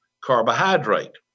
carbohydrate